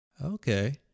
Okay